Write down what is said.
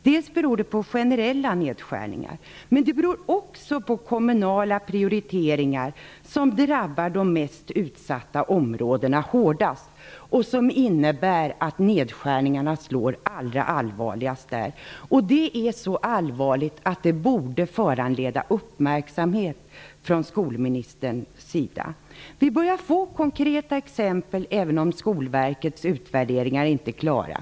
Det beror dels på generella nedskärningar, dels på kommunala prioriteringar som innebär nedskärningar vilka drabbar de mest utsatta områdena hårdast. Detta är så allvarligt att det borde föranleda uppmärksamhet från skolministerns sida. Vi börjar att få konkreta exempel, även om Skolverkets utvärderingar inte är klara.